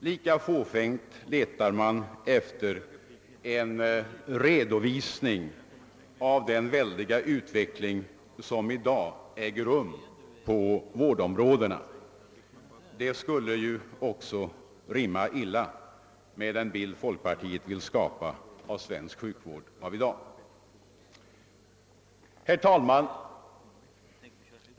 Lika fåfängt letar man efter en redovisning av den väldiga utveckling som i dag äger rum på vårdområdena. Det skulle ju också rimma illa med den bild folkpartiet vill skapa av svensk sjukvård av i dag. Herr talman!